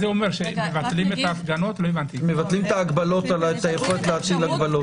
מבטלים את היכולת להטיל הגבלות.